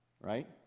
right